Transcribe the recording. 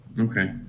Okay